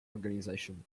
organization